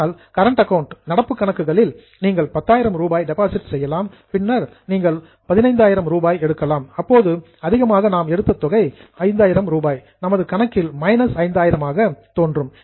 ஆனால் current accounts நடப்புக் கணக்குகளில் நீங்கள் 10000 ரூபாய் டெபாசிட் செய்யலாம் பின்னர் நீங்கள் 15000 ரூபாய் எடுக்கலாம் இப்போது அதிகமாக நாம் எடுத்த 5000 ரூபாய் நமது கணக்கில் மைனஸ் 5 ஆயிரமாக தோன்றும்